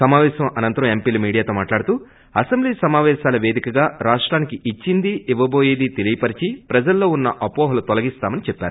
సమాపేశం అనంతరం ఎంపీలు మీడియాతో మాట్లాడుతూ అసెంబ్లీ సమావేశాలు వేదికగా రాష్టానికి ఇచ్చింది ఇవ్వటోయేది తెలియపరచి ప్రజల్లో ఉన్న అవోహలను తొలగిస్తామని చెప్పారు